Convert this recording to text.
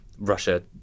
Russia